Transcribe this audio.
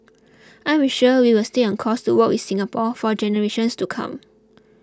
I'm sure we will stay on course to work with Singapore for generations to come